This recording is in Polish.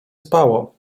spało